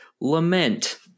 lament